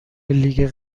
لیگ